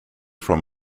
from